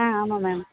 ஆ ஆமாம் மேம்